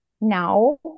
now